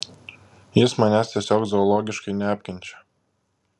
jis manęs tiesiog zoologiškai neapkenčia